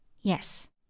Yes